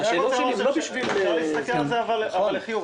אבל אפשר להסתכל על זה לחיוב.